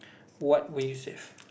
what will you save